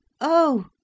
Oh